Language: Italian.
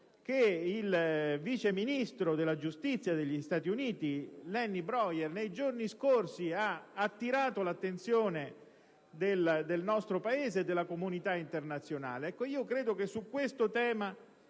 che il vice ministro della giustizia degli Stati Uniti, Lanny Breuer, nei giorni scorsi ha attirato l'attenzione del nostro Paese e della comunità internazionale. Ebbene, credo che su questo tema